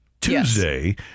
Tuesday